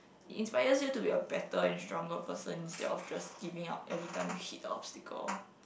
inspires you to be a better and stronger person instead of just giving up every time you hit a obstacle